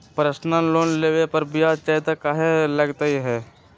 Personal loan लेबे पर ब्याज ज्यादा काहे लागईत है?